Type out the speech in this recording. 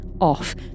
off